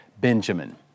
Benjamin